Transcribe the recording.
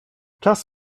czas